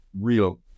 real